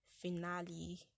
finale